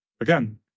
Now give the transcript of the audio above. Again